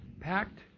packed